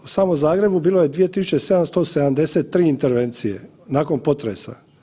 Samo u Zagrebu bilo je 2773 intervencije, nakon potresa.